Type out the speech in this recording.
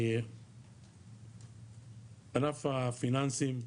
ענף הפיננסים,